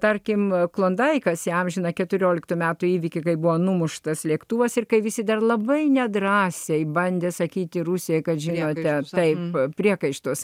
tarkim klondaikas įamžina keturioliktų metų įvykį kai buvo numuštas lėktuvas ir kai visi dar labai nedrąsiai bandė sakyti rusijai kad žiūrėjo ne taip priekaištus